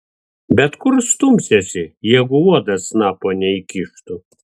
bet kur stumsiesi jeigu uodas snapo neįkištų